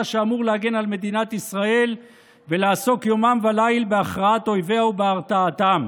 שאמור להגן על מדינת ישראל ולעסוק יומם וליל בהכרעת אויביה ובהרתעתם,